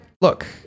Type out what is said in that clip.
look